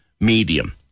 medium